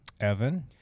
Evan